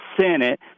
senate